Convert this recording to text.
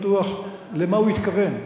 אני גם אומר לך שאינני בטוח למה הוא התכוון.